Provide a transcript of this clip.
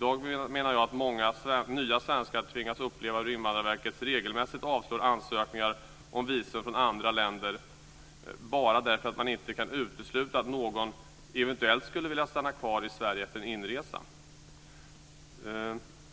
Jag menar att många nya svenskar i dag tvingas uppleva hur Invandrarverket regelmässigt avslår ansökningar om visum från andra länder bara därför att man inte kan utesluta att någon eventuellt skulle vilja stanna kvar i Sverige efter en inresa.